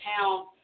town